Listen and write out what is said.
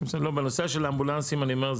בנושא של האמבולנסים אני אומר,